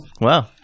wow